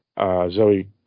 Zoe